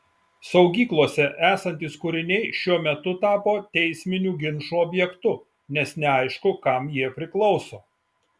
saugyklose esantys kūriniai šiuo metu tapo teisminių ginčų objektu nes neaišku kam jie priklauso